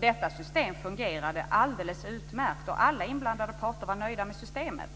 Detta system fungerade alldeles utmärkt, och alla inblandade parter var nöjda med systemet.